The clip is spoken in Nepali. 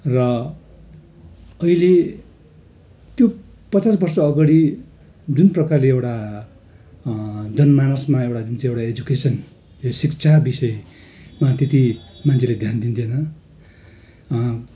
र अहिले त्यो पचास वर्षअघाडि जुन प्रकारले एउटा जनमानसमा एउटा जुन चाहिँ एउटा एजुकेसन यो शिक्षा विषयमा अलिकति मान्छेले ध्यान दिँदैन